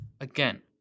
Again